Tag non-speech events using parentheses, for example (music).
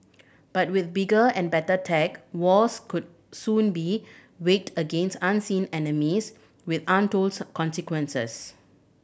but with bigger and better tech wars could soon be waged against unseen enemies with untold (unintelligible) consequences